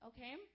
Okay